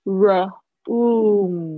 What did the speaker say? room